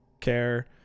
care